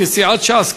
כסיעת ש"ס,